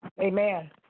Amen